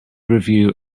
review